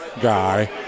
guy